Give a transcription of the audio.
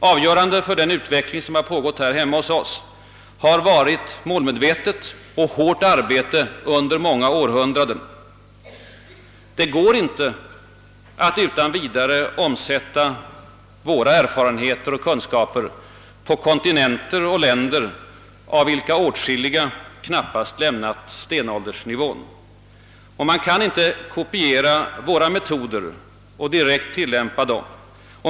Avgörande för den utveckling som har ägt rum hos oss har varit målmedvetet och hårt arbete under många århundraden. Det går inte att utan vidare omsätta våra erfarenheter och kunskaper på kontinenter och länder, av vilka åtskilliga knappast lämnat stenåldersnivån. Man kan inte kopiera våra metoder och direkt tillämpa dem.